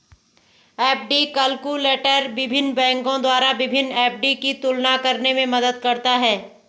FD calculator विभिन्न बैंकों द्वारा विभिन्न एफ.डी की तुलना करने में मदद करता है